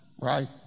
right